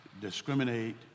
discriminate